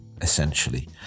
essentially